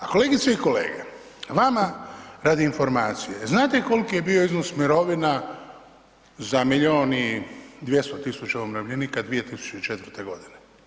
A kolegice i kolege, vama radi informacije jel znate koliki je bio iznos mirovina za milijun i 200 tisuća umirovljenika 2004. godine?